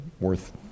worth